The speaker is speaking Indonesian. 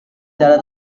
cara